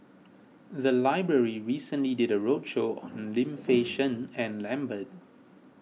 the library recently did a roadshow on Lim Fei Shen and Lambert